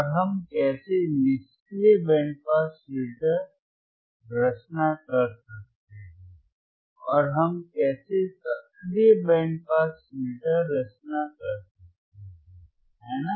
और हम कैसे निष्क्रिय बैंड पास फिल्टर रचना कर सकते हैं और हम कैसे सक्रिय बैंड पास फिल्टर रचना कर सकते हैं है ना